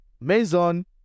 Maison